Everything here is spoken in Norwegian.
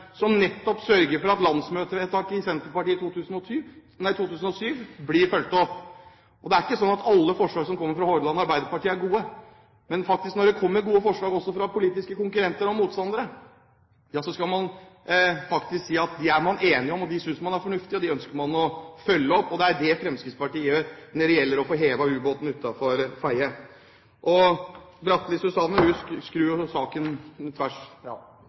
som nettopp sørger for at landsmøtevedtaket i Senterpartiet i 2007 blir fulgt opp. Det er ikke sånn at alle forslag som kommer fra Hordaland Arbeiderparti er gode. Men når det kommer gode forslag fra politiske konkurrenter og motstandere, skal man faktisk kunne si at man er enig i dem, at man synes de er fornuftige, og at man ønsker å følge dem opp. Det er det Fremskrittspartiet gjør når det gjelder å få hevet ubåten utenfor Fedje. Susanne Bratli skrur jo saken tvers